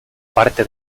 parte